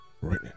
right